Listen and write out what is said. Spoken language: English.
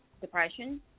depression